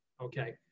okay